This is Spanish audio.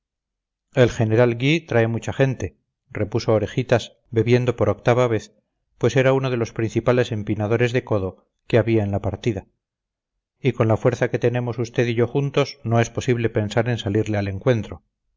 el general gui trae mucha gente repuso orejitas bebiendo por octava vez pues era uno de los principales empinadores de codo que había en la partida y con la fuerza que tenemos usted y yo juntos no es posible pensar en salirle al encuentro